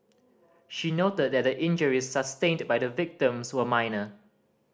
she noted that the injuries sustained by the victims were minor